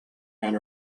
and